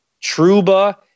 Truba